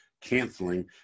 canceling